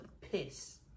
piss